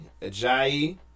Ajayi